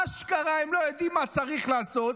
אשכרה הם לא יודעים מה צריך לעשות.